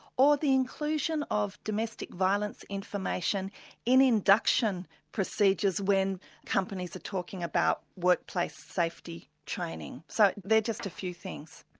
or the inclusion of domestic violence information in induction procedures when companies are talking about workplace safety training. so they're just a few things.